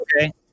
Okay